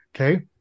okay